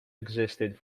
existed